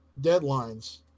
deadlines